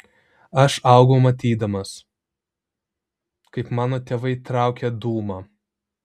aš augau matydamas kaip mano tėvai traukia dūmą